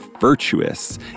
Virtuous